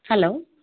hello